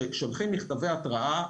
ששולחים מכתבי התראה,